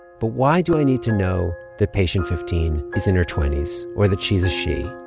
but why do i need to know that patient fifteen is in her twenty s, or that she's a she?